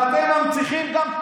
ואתם מנציחים גם,